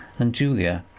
and julia,